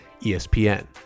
ESPN